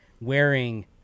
wearing